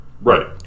right